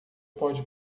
pode